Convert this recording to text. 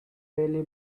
barely